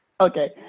Okay